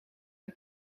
een